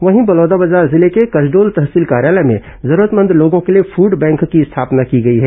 वहीं बलौदाबाजार जिले के कसडोल तहसील कार्यालय में जरूरतमंद लोगों के लिए फूड बैंक की स्थापना की गई है